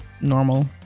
normal